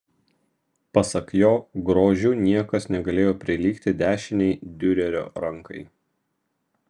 pasak jo grožiu niekas negalėjo prilygti dešinei diurerio rankai